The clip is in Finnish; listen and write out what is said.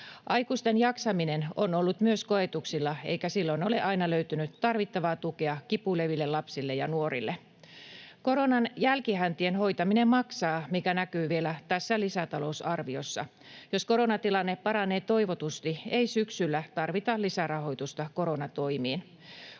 aikuisten jaksaminen on ollut koetuksella, eikä silloin ole aina löytynyt tarvittavaa tukea kipuileville lapsille ja nuorille. Koronan jälkihäntien hoitaminen maksaa, mikä näkyy vielä tässä lisätalousarviossa. Jos koronatilanne paranee toivotusti, ei syksyllä tarvita lisärahoitusta koronatoimiin.